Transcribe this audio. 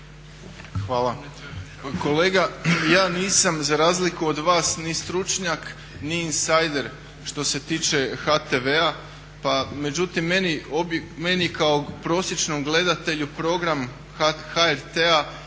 Hvala. Pa kolega ja nisam za razliku od vas ni stručnjak ni insider što se tiče HTV-a međutim meni kao prosječnom gledatelju program HRT-a